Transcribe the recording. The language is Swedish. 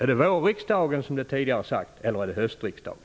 Är det vårriksdagen som tidigare sagts eller höstriksdagen?